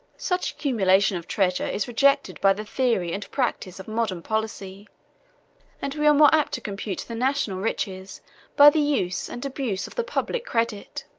such accumulation of treasure is rejected by the theory and practice of modern policy and we are more apt to compute the national riches by the use and abuse of the public credit.